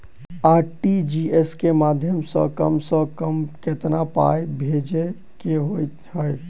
RTGS केँ माध्यम सँ कम सऽ कम केतना पाय भेजे केँ होइ हय?